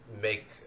make